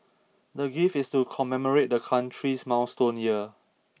the gift is to commemorate the country's milestone year